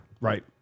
Right